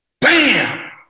Bam